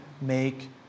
make